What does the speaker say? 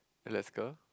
Alaska